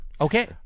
Okay